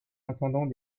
entendant